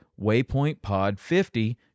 waypointpod50